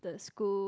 the school